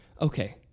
Okay